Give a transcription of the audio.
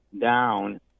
down